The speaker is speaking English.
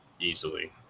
easily